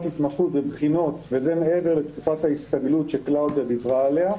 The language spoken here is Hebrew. התמחות ובחינות וזה מעבר לתקופת ההסתגלות שקלאודיה דיברה עליה.